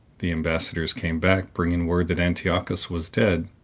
the embassadors came back, bringing word that antiochus was dead,